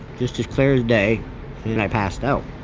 just as clear as day and i passed out.